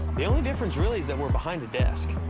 the only difference really is that we're behind a desk.